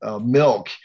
milk